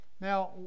now